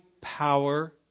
power